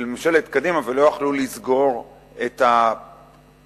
לממשלת קדימה ולא יכלו לסגור את הפערים.